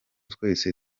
twese